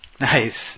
Nice